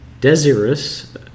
desirous